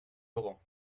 laurent